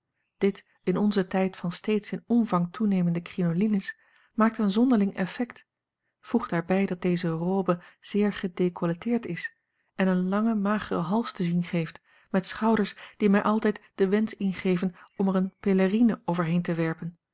dit in onzen tijd van steeds in omvang toenemende crinolines maakt een zonderling effect voeg daarbij dat deze robe zeer gedecolleteerd is en een langen mageren hals te zien geeft met schouders die mij altijd den wensch ingeven om er eene pelerine overheen te wera